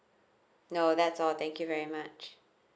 no that's all thank you very much